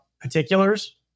particulars